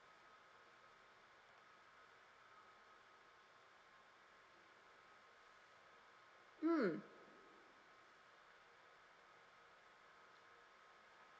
mm